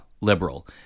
liberal